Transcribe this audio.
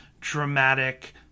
dramatic